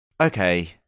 Okay